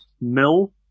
Mill